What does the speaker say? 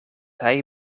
hij